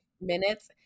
Minutes